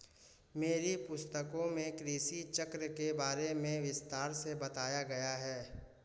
मेरी पुस्तकों में कृषि चक्र के बारे में विस्तार से बताया गया है